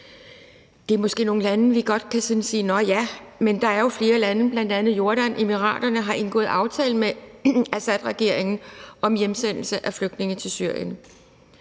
Det er måske nogle lande, hvor vi godt kan sige sådan nå ja, men der er jo flere lande, bl.a. Jordan og Emiraterne, som har indgået aftaler med Assadregeringen om hjemsendelse af flygtninge til Syrien.